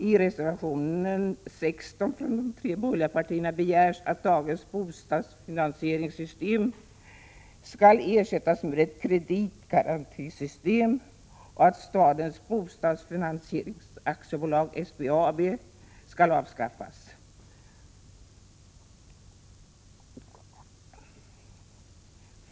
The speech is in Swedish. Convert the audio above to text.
I reservation 16 från de tre borgerliga partierna begärs att dagens bostadsfinansieringssystem skall ersättas med ett kreditgarantisystem och att Statens Bostadsfinansieringsaktiebolag skall avskaffas.